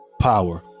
Power